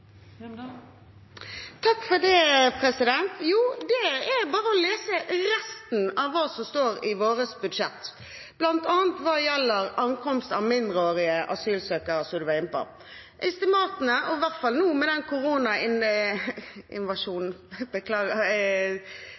Jo, det er bare å lese resten av hva som står i vårt budsjett bl.a. hva gjelder ankomst av mindreårige asylsøkere, som representanten var inne på. Estimatene – og i hvert fall med den